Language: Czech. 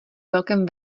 velkém